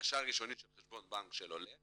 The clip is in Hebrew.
ההגשה הראשונית של חשבון בנק של עולה,